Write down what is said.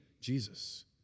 Jesus